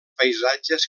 paisatges